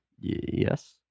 Yes